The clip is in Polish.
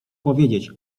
powiedzieć